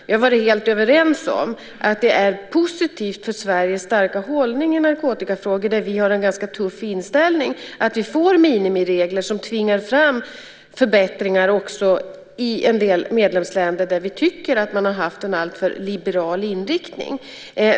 Vi har varit helt överens om att det är positivt för Sveriges starka hållning i narkotikafrågor, där vi har en ganska tuff inställning, att vi får minimiregler som tvingar fram förbättringar också i en del medlemsländer där vi tycker att man har haft en alltför liberal inriktning.